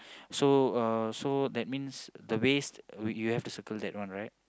so uh so that means the waste we you have to circle that one right